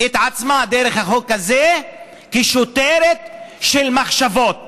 את עצמה דרך החוק הזה לשוטרת של מחשבות